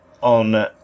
on